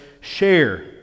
share